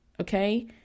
Okay